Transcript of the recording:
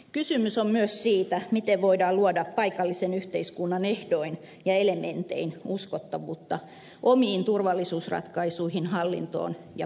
kysymys on myös siitä miten voidaan luoda paikallisen yhteiskunnan ehdoin ja elementein uskottavuutta omiin turvallisuusratkaisuihin hallintoon ja palveluihin